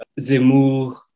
Zemmour